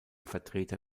vertreter